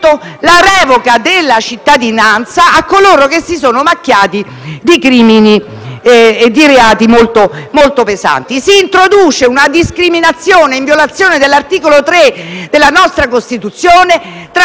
la revoca della cittadinanza a coloro che si siano macchiati di crimini e di reati molto pesanti. Si introduce una discriminazione, in violazione dell'articolo 3 della nostra Costituzione, tra